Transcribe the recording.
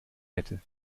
hätte